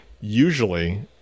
usually